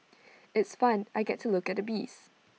it's fun I get to look at the bees